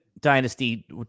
Dynasty